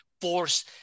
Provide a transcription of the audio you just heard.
force